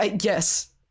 Yes